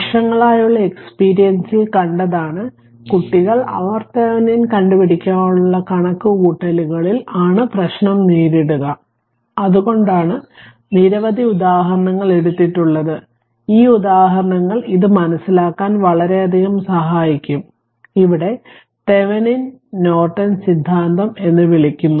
വര്ഷങ്ങളായുള്ള experience ൽ കണ്ടതാണ് കുട്ടികൾ RThevenin's കണ്ടു പിടിക്കാനുള്ള കണക്കു കൂട്ടലുകളിൽ ആണ് പ്രശ്നം നേരിടുക അതുകൊണ്ടാണ് നിരവധി ഉദാഹരണങ്ങൾ എടുത്തിട്ടുള്ളത് ഈ ഉദാഹരണങ്ങൾ ഇത് മനസിലാക്കാൻ വളരെയധികം സഹായിക്കും ഇതിനെ തെവെനിൻ നോർട്ടൺ സിദ്ധാന്തം എന്ന് വിളിക്കുന്നു